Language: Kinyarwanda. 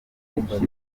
n’iki